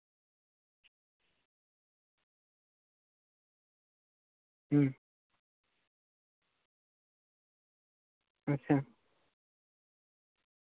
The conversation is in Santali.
ᱦᱩᱸ ᱟᱪᱪᱷᱟ